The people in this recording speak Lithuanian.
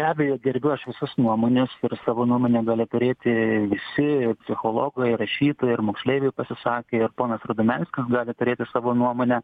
be abejo gerbiu aš visas nuomones ir savo nuomonę gali turėti visi psichologai rašytojai ir moksleiviai pasisakė ir ponas rudomenskis gali turėti savo nuomonę